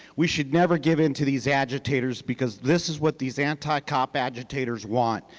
we should never give into these agitators because this is what these anti-cop agitators want.